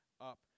up